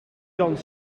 jan